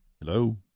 Hello